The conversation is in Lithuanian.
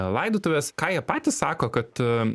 laidotuves ką jie patys sako kad